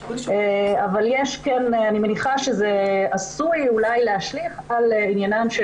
אני מניחה שזה עשוי אולי להשליך על עניינם של